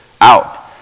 out